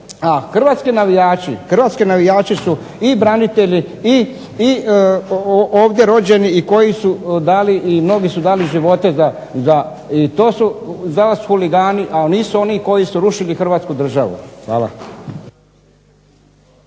hrvatski navijači su i branitelji i ovdje rođeni i mnogi su dali živote i to su za nas huligani, a nisu oni koji su rušili Hrvatsku državu. Hvala.